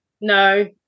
No